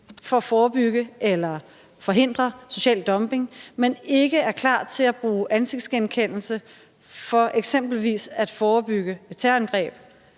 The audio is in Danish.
for at forebygge eller forhindre social dumping, men ikke er klar til at bruge ansigtsgenkendelse for eksempelvis at forebygge terrorangreb